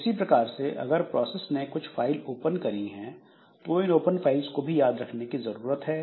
इसी प्रकार से अगर प्रोसेस ने कुछ फाइल ओपन करी हैं तो इन ओपन फाइल्स को भी याद रखने की जरूरत है